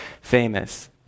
famous